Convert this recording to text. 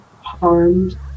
harmed